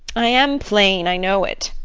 i am plain, i know it.